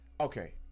Okay